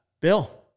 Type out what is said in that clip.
Bill